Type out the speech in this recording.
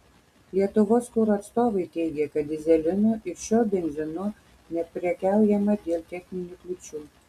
lietuvos kuro atstovai teigė kad dyzelinu ir šiuo benzinu neprekiaujama dėl techninių kliūčių